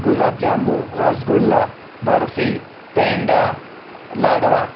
ગુલાબ જાંબુ રસગુલ્લા બરફી પેંડા લાડવા